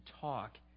talk